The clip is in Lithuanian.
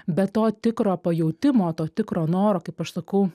bet to tikro pajautimo to tikro noro kaip aš sakau